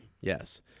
yes